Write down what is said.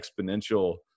exponential